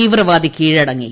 തീവ്രവാദി കീഴടങ്ങി